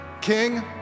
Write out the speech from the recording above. king